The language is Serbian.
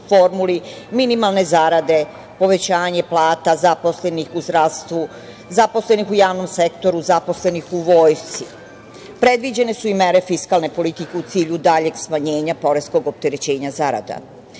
formuli, minimalne zarade, povećanje plata zaposlenih zdravstvu, javnom sektoru, zaposlenih u Vojsci. Predviđene su i mere fiskalne politike u cilju daljeg smanjenja poreskog opterećenja zarada.U